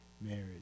marriage